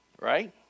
Right